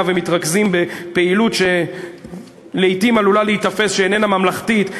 ומתרכזים בפעילות שלעתים עלולה להיתפס כלא ממלכתית,